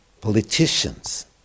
politicians